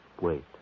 Wait